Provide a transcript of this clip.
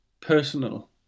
personal